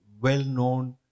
well-known